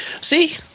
see